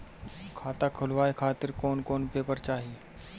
खाता खुलवाए खातिर कौन कौन पेपर चाहीं?